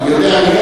אני יודע.